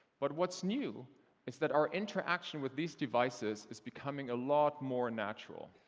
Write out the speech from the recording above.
but what's new is that our interaction with these devices is becoming a lot more natural.